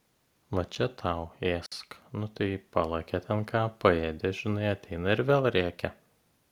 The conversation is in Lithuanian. va čia tau ėsk nu tai palakė ten ką paėdė žinai ateina ir vėl rėkia